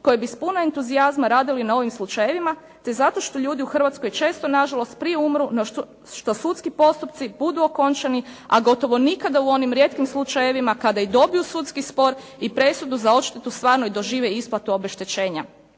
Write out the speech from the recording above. koji bi s puno entuzijazma radili na ovim slučajevima, te zato što ljudi u Hrvatskoj često na žalost prije umru no što sudski postupci budu okončani, a gotovo nikada u onim rijetkim slučajevima kada i dobiju sudski spor i presudu za odštetu stvarno dožive i isplatu obeštećenja,